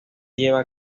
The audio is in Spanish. llevan